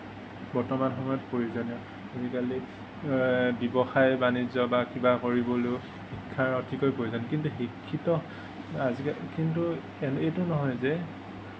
বৰ্তমান সময়ত প্ৰয়োজনীয় আজিকালি ব্যবসায় বাণিজ্য বা কিবা কৰিবলৈও শিক্ষাৰ অতিকৈ প্ৰয়োজন কিন্তু শিক্ষিত কিন্তু এইটো নহয় যে